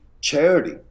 charity